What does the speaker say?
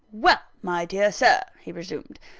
well, my dear sir, he resumed,